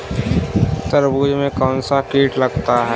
तरबूज में कौनसा कीट लगता है?